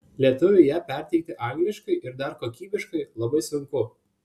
lietuviui ją perteikti angliškai ir dar kokybiškai labai sunku